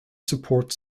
support